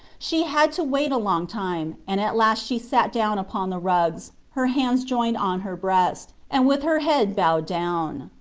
she had to wait a long time, and at last she sat down upon the rugs, her hands joined on her breast, and with her head bowed down.